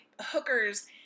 hookers